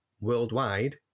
worldwide